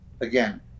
Again